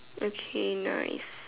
okay nice